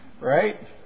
Right